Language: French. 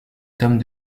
tome